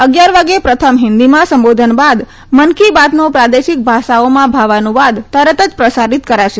અગીયાર વાગે પ્રથમ હિન્દીમાં સંબોધન બાદ મન કી બાતનો પ્રાદેશિક ભાષાઓમાં ભાવાનુવાદ તરત જ પ્રસારિત કરાશે